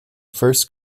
first